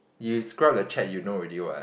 you scroll up the chat you know already what